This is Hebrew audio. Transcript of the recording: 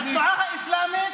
לתנועה האסלאמית,